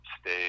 stay